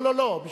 לא, לא, לא.